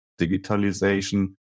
digitalization